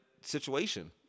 situation